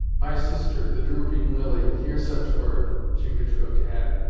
my sister, the drooping lily, hear such bird! chingachgook added,